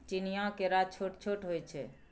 चीनीया केरा छोट छोट होइ छै